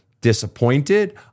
disappointed